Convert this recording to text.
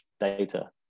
data